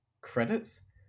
credits